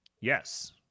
Yes